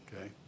Okay